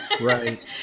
Right